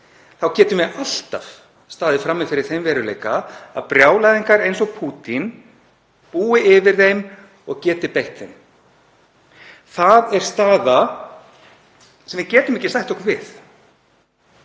þá getum við alltaf staðið frammi fyrir þeim veruleika að brjálæðingar eins og Pútín búi yfir þeim og geti beitt þeim. Það er staða sem við getum ekki sætt okkur við.